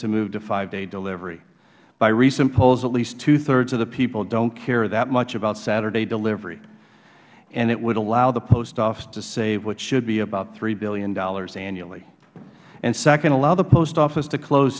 to move to five day delivery by recent polls at least two thirds of the people don't care that much about saturday delivery and it would allow the post office to save what should be about three dollars billion annually and second allow the post office to close